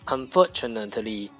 Unfortunately